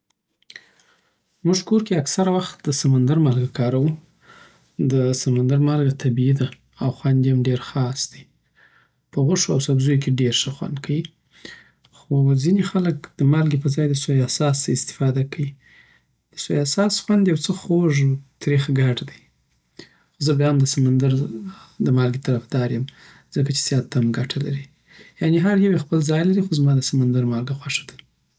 موږ کور کی اکثر وخت د سمندر مالګه کاروو د سمندر مالګه طبیعي ده او خوند یې هم ډېر خاص دی په غوښو او سبزیو کې ډېر ښه خوند کوی خو ځینې خلک د مالګی پر ځای د سویا ساس څخه استفاده کوی د سویا ساس خوند یو څه خوږ او تریخ ګډ وي. خو زه بیا هم د سمندر د مالګې طرفدار یم، ځکه چې صحت ته هم ګټه لري. یعنې هر یو خپل ځای لري، خو زما د سمندر مالګه خوښه ده